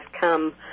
come